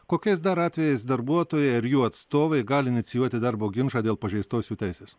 kokiais dar atvejais darbuotojai ar jų atstovai gali inicijuoti darbo ginčą dėl pažeistos jų teisės